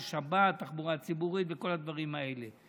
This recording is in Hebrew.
על שבת, תחבורה ציבורית וכל הדברים האלה.